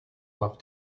love